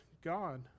God